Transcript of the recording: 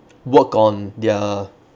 work on their